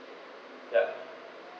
ys